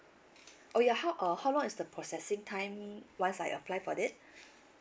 oh ya how uh how long is the processing time once I apply for it